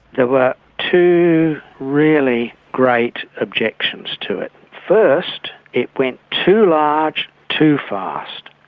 there were two really great objections to it. first, it went too large too fast,